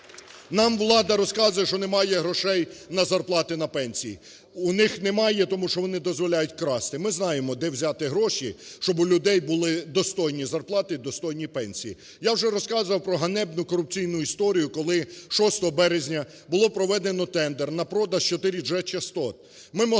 Нам влада розказує, що немає грошей на зарплати, на пенсії. У них немає, тому що вони дозволяють красти. Ми знаємо, де взяти гроші, щоб у людей були достойні зарплати і достойні пенсії. Я вже розказував про ганебну корупційну історію, коли 6 березня було проведено тендер на продаж 4G-частот.